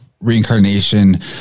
reincarnation